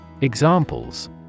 Examples